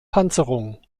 panzerung